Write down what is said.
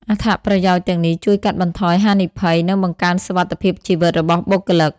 អត្ថប្រយោជន៍ទាំងនេះជួយកាត់បន្ថយហានិភ័យ និងបង្កើនសុវត្ថិភាពជីវិតរបស់បុគ្គលិក។